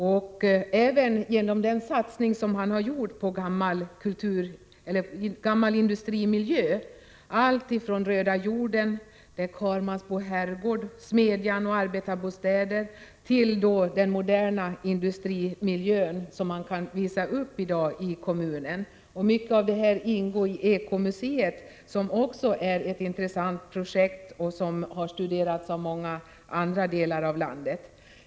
Vidare är kommunen känd för sin satsning på gammal industrimiljö — alltifrån röda jorden, Karmansbo herrgård, smedjan och arbetarbostäder till den moderna industrimiljö som man i dag kan uppvisa inom kommunen. Mycket av det här ingår i Ekomuseet, som också är ett intressant projekt. Det har också studerats på många håll i landet.